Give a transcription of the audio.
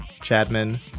Chadman